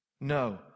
No